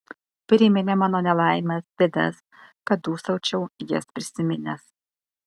priminė mano nelaimes bėdas kad dūsaučiau jas prisiminęs